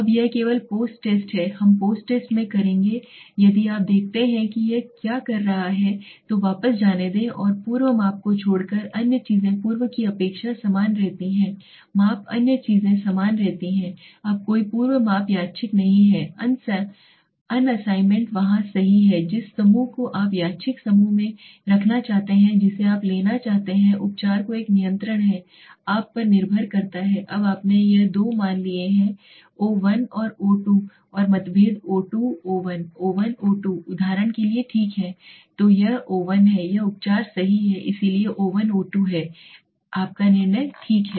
अब यह केवल पोस्ट टेस्ट है हम पोस्ट टेस्ट में करेंगे यदि आप देखते हैं कि यह क्या कर रहा है तो वापस जाने दें और पूर्व माप को छोड़कर अन्य चीजें पूर्व की अपेक्षा समान रहती हैं माप अन्य चीजें समान रहती हैं अब कोई पूर्व माप यादृच्छिक नहीं है असाइनमेंट वहाँ सही है जिस समूह को आप यादृच्छिक समूह में रखना चाहते हैं जिसे आप लेना चाहते हैं उपचार जो एक नियंत्रण है आप पर निर्भर करता है अब आपने यह दो मान लिए हैं ओ 1 और ओ 2 और मतभेद o2 o1 o1 o2 उदाहरण के लिए ठीक है तो यह o1 है यह उपचार सही है इसलिए o1 o2 है आपका निर्णय ठीक है